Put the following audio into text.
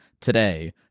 today